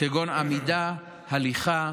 כגון עמידה, הליכה,